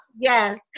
yes